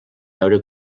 veure